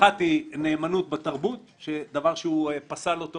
האחת היא: נאמנות בתרבות שזה דבר שהוא פסל אותו